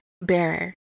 bearer